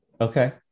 Okay